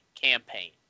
campaign